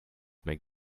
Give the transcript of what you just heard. make